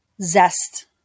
zest